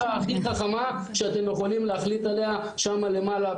זו ההחלטה הכי חכמה שאתם יכולים להחליט עליה שם למעלה,